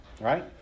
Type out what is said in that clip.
Right